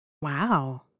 Wow